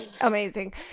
Amazing